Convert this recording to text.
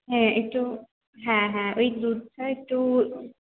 হ্যাঁ একটু হ্যাঁ হ্যাঁ ওই দুধ চা একটু